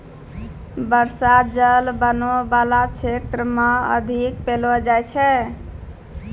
बर्षा जल बनो बाला क्षेत्र म अधिक पैलो जाय छै